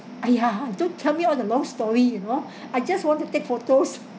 !aiya! don't tell me all the long story you know I just want to take photos